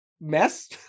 mess